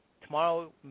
Tomorrow